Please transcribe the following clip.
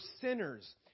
sinners